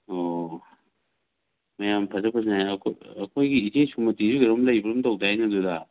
ꯑꯣ ꯃꯌꯥꯝ ꯐꯖꯩ ꯐꯖꯩ ꯍꯥꯏ ꯑꯩꯈꯣꯏꯒꯤ ꯏꯆꯦ ꯁꯨꯃꯇꯤꯁꯨ ꯀꯩꯅꯣꯝ ꯂꯩꯕꯒꯨꯝ ꯇꯧꯗꯥꯏꯅꯦ ꯑꯗꯨꯗ